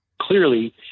clearly